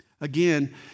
Again